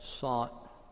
sought